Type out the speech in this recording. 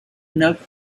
note